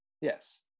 Yes